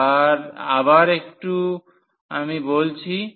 আবার আমি একটু বলছি